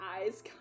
eyes